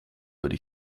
würde